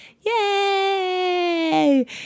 Yay